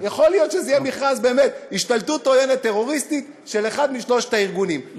שבתוך זמן קצר תהיה השתלטות עוינת של גורמים קיצוניים שם,